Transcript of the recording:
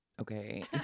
Okay